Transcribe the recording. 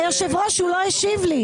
בסדר, הוא ישיב,